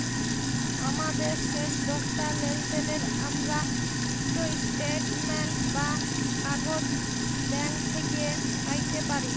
আমাদের শেষ দশটা লেলদেলের আমরা ইকট ইস্ট্যাটমেল্ট বা কাগইজ ব্যাংক থ্যাইকে প্যাইতে পারি